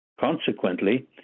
Consequently